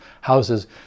houses